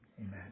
Amen